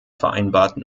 vereinbarten